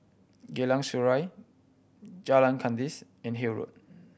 Geylang Serai Jalan Kandis and Hill Road